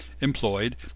employed